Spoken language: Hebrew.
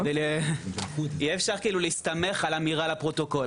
אי אפשר להסתמך על אמירה לפרוטוקול.